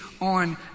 on